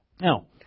Now